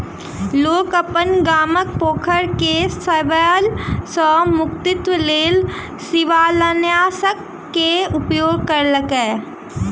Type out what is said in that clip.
लोक अपन गामक पोखैर के शैवाल सॅ मुक्तिक लेल शिवालनाशक के उपयोग केलक